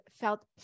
felt